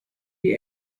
die